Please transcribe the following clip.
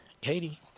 Katie